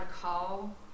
call